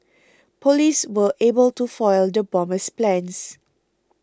police were able to foil the bomber's plans